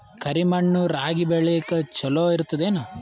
ಕರಿ ಮಣ್ಣು ರಾಗಿ ಬೇಳಿಗ ಚಲೋ ಇರ್ತದ ಏನು?